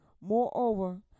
Moreover